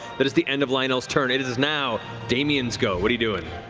that is the end of lionel's turn. it is is now damian's go. what are you doing?